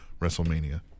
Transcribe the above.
WrestleMania